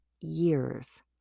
years